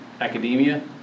academia